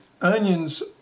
onions